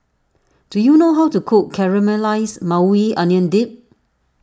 do you know how to cook Caramelized Maui Onion Dip